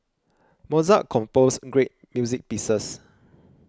Mozart composed great music pieces